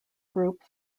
group